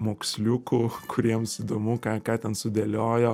moksliukų kuriems įdomu ką ką ten sudėliojo